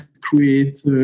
create